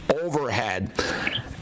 Overhead